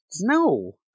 No